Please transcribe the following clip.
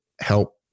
help